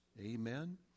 Amen